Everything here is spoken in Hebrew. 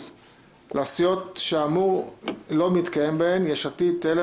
-- 90% לסיעות שהאמור לא מתקיים בהן (יש עתיד-תל"ם,